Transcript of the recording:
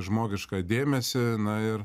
žmogišką dėmesį na ir